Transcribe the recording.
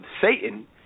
Satan